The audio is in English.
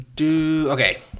Okay